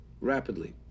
rapidly